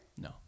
no